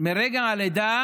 מרגע הלידה